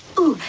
ooh!